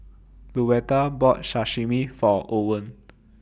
Luetta bought Sashimi For Owen